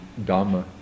Dhamma